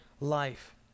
life